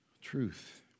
truth